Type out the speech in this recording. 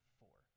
four